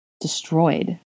Destroyed